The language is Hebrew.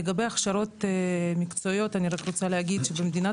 לגבי הכשרות מקצועיות אני רק רוצה להגיד שבמדינת